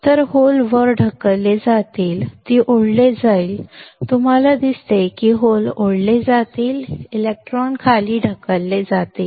तर होल वर ढकलली जातील ती ओढली जाईल तुम्हाला दिसते की होल ओढले जातील इलेक्ट्रॉन खाली ढकलले जातील